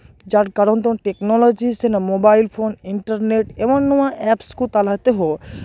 ᱡᱟᱨ ᱠᱟᱨᱚᱱ ᱛᱮ ᱚᱱᱟ ᱴᱮᱠᱱᱳᱞᱚᱡᱤ ᱥᱮ ᱢᱳᱵᱟᱭᱤᱞ ᱯᱷᱳᱱ ᱤᱱᱴᱟᱨᱱᱮᱴ ᱮᱢᱚᱱ ᱱᱚᱣᱟ ᱮᱯᱥ ᱠᱚ ᱛᱟᱞᱟ ᱛᱮᱦᱚᱸ ᱟᱵᱚ ᱵᱷᱟᱨᱚᱛ ᱵᱚᱨᱥᱚ